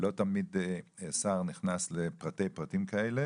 לא תמיד שר נכנס לפרטי פרטים כאלה